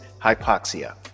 hypoxia